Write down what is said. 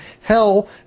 hell